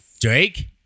Drake